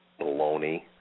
baloney